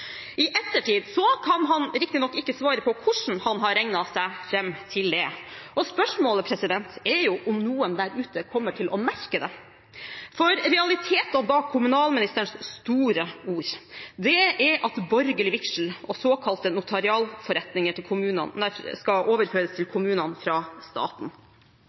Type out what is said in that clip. I ettertid kan han riktignok ikke svare på hvordan han har regnet seg fram til det, og spørsmålet er om noen der ute kommer til å merke det. For realiteten bak kommunalministerens store ord er at borgerlig vigsel og såkalte notarialforretninger skal overføres til kommunene fra staten.